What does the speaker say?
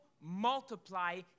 multiply